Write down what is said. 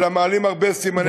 אלא מעלים הרבה סימני שאלה.